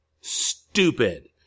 stupid